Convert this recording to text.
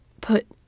put